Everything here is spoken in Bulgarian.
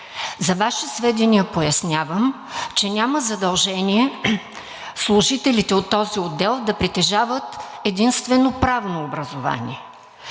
За Ваше сведение пояснявам, че няма задължение служителите от този отдел да притежават единствено правно образование